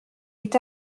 est